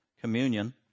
communion